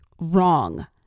Wrong